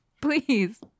please